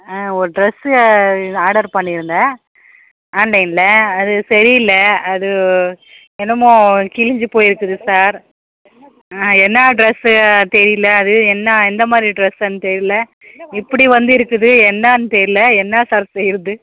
ஆ ஒரு dress order பண்ணிருந்தேன் ஆன்லைனில் அது சரியில்ல அது என்னமோ கிழிஞ்சி போயிருக்குது சார் ஆ என்ன ட்ரெஸ்ஸு தெரியல அது என்ன எந்த மாதிரி ட்ரெஸ்ஸுன்னு தெரியல இப்படி வந்து இருக்குது என்னான்னு தெரியல என்ன சார் செய்யிறது